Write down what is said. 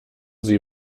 sie